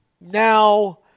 Now